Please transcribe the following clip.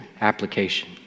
application